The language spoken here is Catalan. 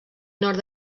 nord